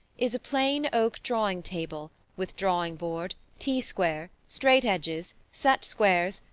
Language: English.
is a plain oak drawing-table with drawing-board, t-square, straightedges, set squares,